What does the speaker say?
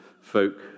folk